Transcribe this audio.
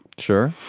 sure.